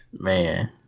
Man